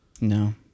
No